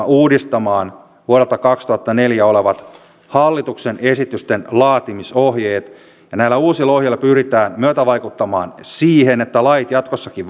uudistamaan vuodelta kaksituhattaneljä olevat hallituksen esitysten laatimisohjeet ja näillä uusilla ohjeilla pyritään myötävaikuttamaan siihen että lait jatkossakin